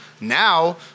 Now